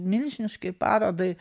milžiniškai parodai